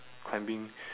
climbing